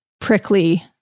prickly